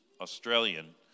Australian